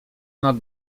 nad